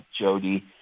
Jody